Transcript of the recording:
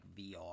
VR